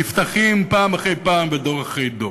נפתחים פעם אחרי פעם ודור אחרי דור.